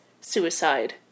suicide